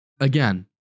again